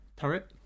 turret